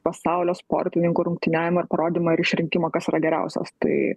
pasaulio sportininkų rungtyniavimą ir parodymą ir išrinkimą kas yra geriausias tai